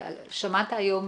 שמעת היום,